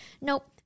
Nope